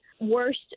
worst